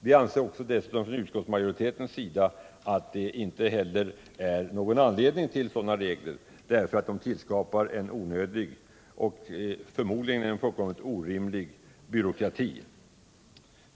Utskottet anser dessutom att det inte heller finns någon anledning att införa sådana regler därför att de för med sig en onödig och förmodligen fullkomligt orimlig byråkrati.